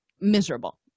miserable